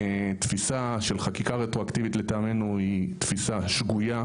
תפיסה של חקיקה רטרואקטיבית לטעמנו היא תפיסה שגויה.